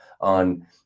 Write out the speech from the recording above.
on